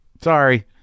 Sorry